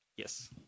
Yes